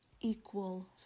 equal